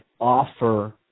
offer